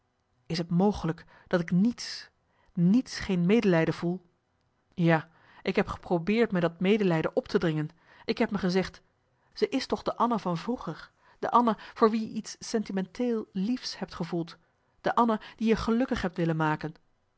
is t mogelijk dat ik niets niets geen medelijden voel ja ik heb geprobeerd me dat medelijden op te dringen ik heb me gezegd ze is toch de anna marcellus emants een nagelaten bekentenis van vroeger de anna voor wie je iets sentimenteel liefs hebt gevoeld de anna die je gelukkig hebt willen maken